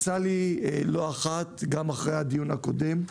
לא אחת, גם אחרי הדיון הקודם,